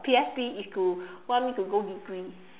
P_S_B is to want me to go degree